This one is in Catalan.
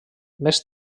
més